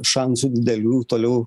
šansų didelių toliau